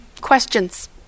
questions